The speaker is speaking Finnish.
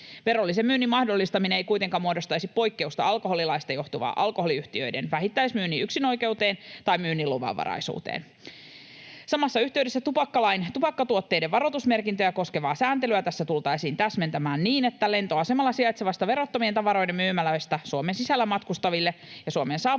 Verollisen myynnin mahdollistaminen ei kuitenkaan muodostaisi poikkeusta alkoholilaista johtuvaan alkoholiyhtiöiden vähittäismyynnin yksinoikeuteen tai myynnin luvanvaraisuuteen. Samassa yhteydessä tupakkalain tupakkatuotteiden varoitusmerkintöjä koskevaa sääntelyä tultaisiin tässä täsmentämään niin, että lentoasemalla sijaitsevista verottomien tavaroiden myymälöistä Suomen sisällä matkustaville ja Suomeen saapuville